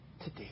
today